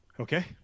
Okay